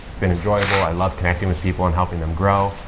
has been enjoyable. i love connecting with people and helping them grow.